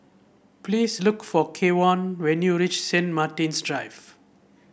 please look for Kevon when you reach Saint Martin's Drive